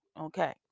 okay